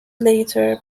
later